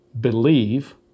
believe